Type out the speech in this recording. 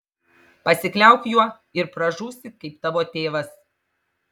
pasikliauk juo ir pražūsi kaip tavo tėvas